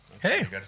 hey